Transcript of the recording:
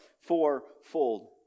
fourfold